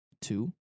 Two